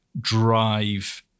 drive